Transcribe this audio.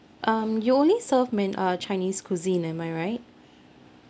um you only serve main uh chinese cuisine am I right